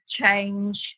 change